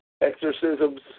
exorcisms